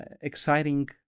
exciting